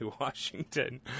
Washington